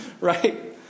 Right